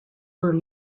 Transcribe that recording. were